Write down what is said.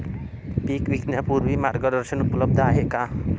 पीक विकण्यापूर्वी मार्गदर्शन उपलब्ध आहे का?